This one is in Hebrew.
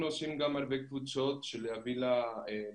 אנחנו עושים גם הרבה קבוצות להביא לארץ,